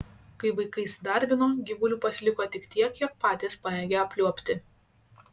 kai vaikai įsidarbino gyvulių pasiliko tik tiek kiek patys pajėgia apliuobti